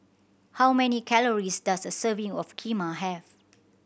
how many calories does a serving of Kheema have